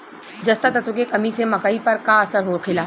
जस्ता तत्व के कमी से मकई पर का असर होखेला?